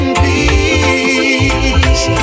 peace